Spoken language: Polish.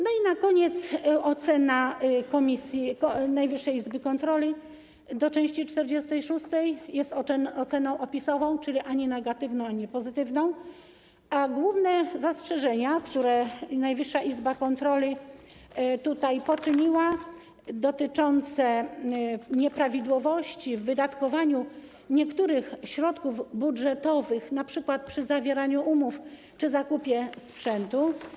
Na koniec: ocena komisji Najwyższej Izby Kontroli do części 46 jest oceną opisową, czyli ani negatywną, ani pozytywną, a główne zastrzeżenia, które Najwyższa Izba Kontroli sformułowała, dotyczą nieprawidłowości w wydatkowaniu niektórych środków budżetowych, np. przy zawieraniu umów czy zakupie sprzętu.